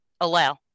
allow